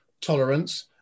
tolerance